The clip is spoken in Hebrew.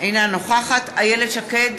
אינה נוכחת איילת שקד,